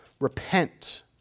Repent